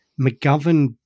McGovern